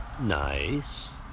Nice